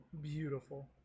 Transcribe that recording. Beautiful